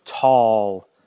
tall